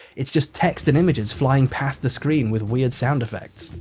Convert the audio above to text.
it's just text and images flying past the screen with weird sound effects.